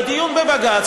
בדיון בבג"ץ,